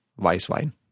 Weißwein